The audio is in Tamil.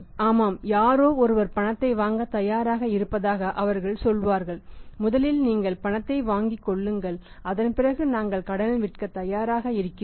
ஆமாம் யாரோ ஒருவர் பணத்தை வாங்கத் தயாராக இருப்பதாக அவர்கள் சொல்வார்கள் முதலில் நீங்கள் பணத்தை வாங்கிக் கொள்ளுங்கள் அதன் பிறகு நாங்கள் கடனில் விற்கத் தயாராக இருக்கிறோம்